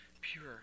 pure